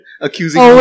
Accusing